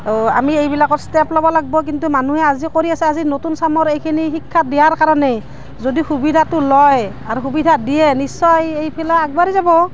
অঁ আমি এইবিলাকৰ ষ্টেপ ল'ব লাগিব কিন্তু মানুহে আজি কৰি আছে আজি নতুন চামৰ এইখিনি শিক্ষা দিয়াৰ কাৰণে যদি সুবিধাটো লয় আৰু সুবিধা দিয়ে নিশ্চয় এইফালে আগবাঢ়ি যাব